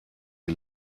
die